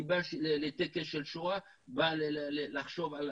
מי שבא לטקס של השואה בא לחשוב על